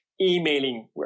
emailing